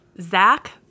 Zach